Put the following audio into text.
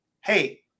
hey